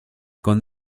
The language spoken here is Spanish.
con